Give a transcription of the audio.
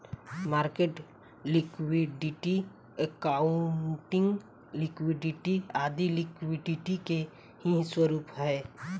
market liquidity, accounting liquidity आदी liquidity के ही स्वरूप है